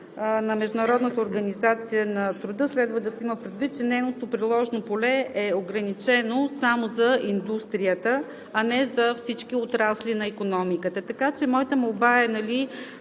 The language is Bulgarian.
на Международната организация на труда, защото за тази конвенция следва да се има предвид, че нейното приложно поле е ограничено само за индустрията, а не за всички отрасли на икономиката. Така че моята молба е